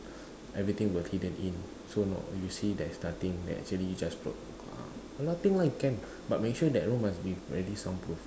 everything will hidden in so not you see there is nothing there actually just a lot of thing lah can but make sure that room must be really soundproof